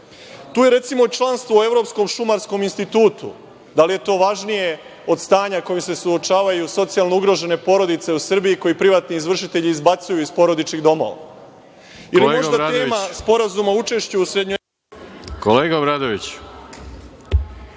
je, recimo, članstvo u Evropskom šumarskom institutu. Da li je to važnije od stanja sa kojim se suočavaju socijalno ugrožene porodice u Srbiji, a koje privatni izvršitelji izbacuju iz porodičnih domova? Ili možda